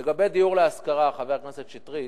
לגבי דיור להשכרה, חבר הכנסת שטרית,